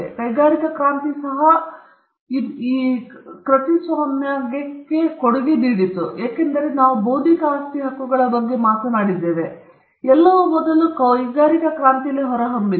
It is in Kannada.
ಮತ್ತು ಕೈಗಾರಿಕಾ ಕ್ರಾಂತಿ ಸಹ ಇದಕ್ಕೆ ಕೊಡುಗೆ ನೀಡಿತು ಏಕೆಂದರೆ ನಾವು ಬೌದ್ಧಿಕ ಆಸ್ತಿ ಹಕ್ಕುಗಳ ಬಗ್ಗೆ ಮಾತನಾಡಿದ್ದೇವೆ ಎಲ್ಲವು ಮೊದಲು ಕೈಗಾರಿಕಾ ಕ್ರಾಂತಿಯಲ್ಲಿ ಹೊರಹೊಮ್ಮಿದೆ